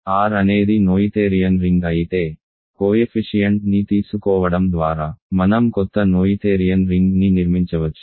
R అనేది Noetherian ring అయితే coefficient ని తీసుకోవడం ద్వారా మనం కొత్త నోయిథేరియన్ రింగ్ని నిర్మించవచ్చు